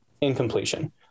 incompletion